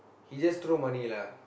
he just throw money lah